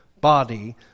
body